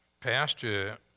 pastor